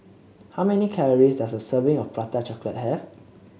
how many calories does a serving of Prata Chocolate have